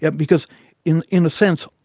yeah because in in a sense,